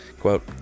Quote